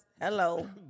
hello